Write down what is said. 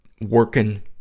working